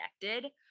connected